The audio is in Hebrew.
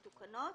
מתוקנות,